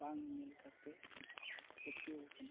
ᱵᱟᱝ ᱧᱮᱞ ᱠᱟᱛᱮ ᱯᱟᱹᱛᱭᱟᱹᱣ ᱠᱟᱱᱟ